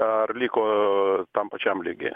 ar liko tam pačiam lygyje